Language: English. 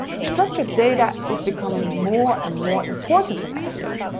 structured data is becoming more and more important in seo,